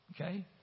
Okay